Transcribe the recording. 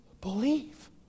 believe